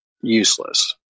useless